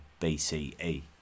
BCE